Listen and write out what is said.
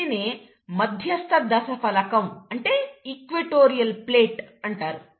దీనినే మధ్యస్థ దశఫలకం అంటే ఈక్విటోరియల్ ప్లేట్ అంటారు